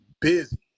busy